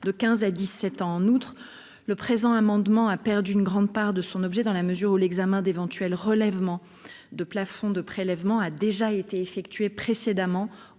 de 15 à 17 ans. En outre, le présent amendement a perdu une grande part de son objet, dans la mesure où l'examen d'éventuels relèvements de plafonds de prélèvements a déjà été effectué précédemment,